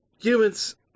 humans